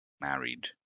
married